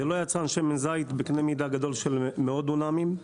לא יצרן שמן זית בקנה מידה גדול של מאות דונמים,